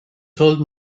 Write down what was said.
told